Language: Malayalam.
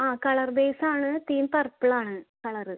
ആ കളർ ബേസാണ് തീം പർപ്പിളാണ് കളറ്